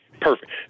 perfect